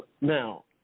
Now